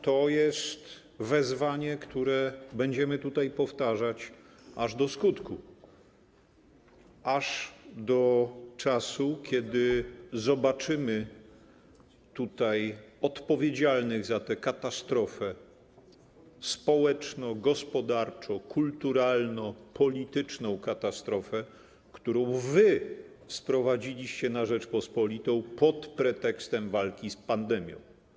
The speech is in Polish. To jest wezwanie, które będziemy tutaj powtarzać aż do skutku, aż to czasu, kiedy zobaczymy tutaj odpowiedzialnych za tę społeczno-gospodarczo-kulturalno-polityczną katastrofę, którą wy sprowadziliście na Rzeczpospolitą pod pretekstem walki z pandemią.